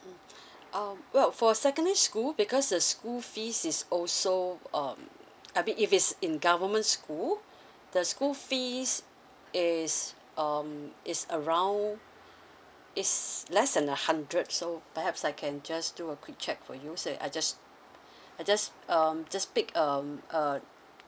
oh well for secondary school because the school fees is also um I mean if it's in government school the school fees is um it's around it's less than a hundred so perhaps I can just do a quick check for you sir I just I just um just pick um